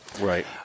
Right